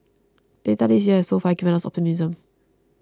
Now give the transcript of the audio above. data this year has so far given us optimism